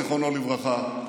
זיכרונו לברכה,